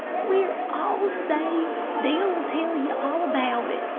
we're all safe! they'll tell ye all about it,